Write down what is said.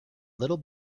little